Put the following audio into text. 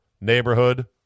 neighborhood